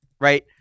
right